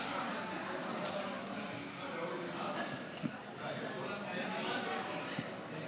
משלוח הודעה בדבר זכאות המבוטח),